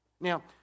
now